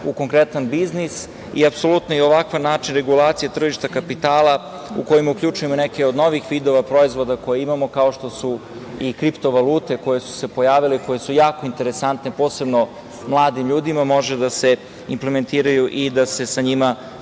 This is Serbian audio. u konkretan biznis. Apsolutno i ovakav način regulacije tržišta kapitala u kojima uključujemo neke od novih vidova proizvoda koje imamo, kao što su kripto valute koje su se pojavile, koje su jako interesantne posebno mladim ljudima, mogu da se implementiraju i da se sa njima